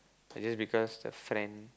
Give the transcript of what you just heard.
and just because the friend